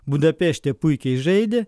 budapešte puikiai žaidė